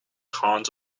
hand